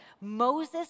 Moses